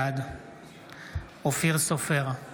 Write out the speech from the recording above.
בעד אופיר סופר, בעד אורית מלכה